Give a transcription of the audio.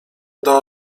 dla